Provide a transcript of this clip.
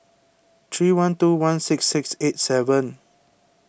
three one two one six six eight seven